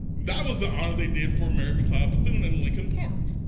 that was the honor they did for mary mccleod bethune in lincoln park.